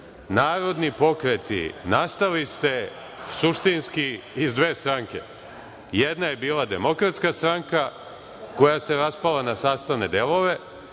narodni pokreti, nastali ste suštinski iz dve stranke - jedna je bila Demokratska stranka, koja se raspala na sastavne delove,